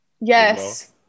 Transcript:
Yes